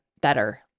better